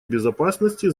безопасности